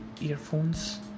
earphones